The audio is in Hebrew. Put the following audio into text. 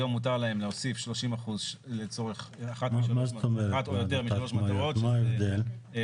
היום מותר להם להוסיף 30% לצורך -- מה ההבדל?